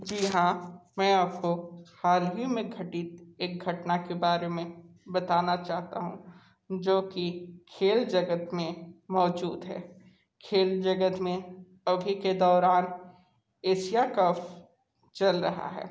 जी हाँ मैं आप को हाल ही में घटित एक घटना के बारे में बताना चाहता हूँ जो की खेल जगत में मौजूद है खेल जगत में अभी के दौरान एसिया कफ चल रहा है